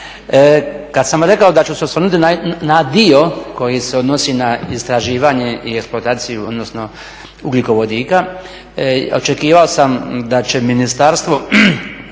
Kad sam rekao da ću se osvrnuti na dio koji se odnosi na istraživanje i eksploataciju ugljikovodika očekivao sam da će Ministarstvo